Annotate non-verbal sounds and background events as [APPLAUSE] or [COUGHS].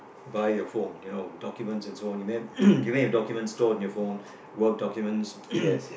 by your phone you know documents and so on you may [COUGHS] you may have documents stored on your phone work documents [COUGHS]